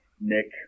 Nick